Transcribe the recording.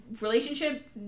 relationship